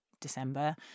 December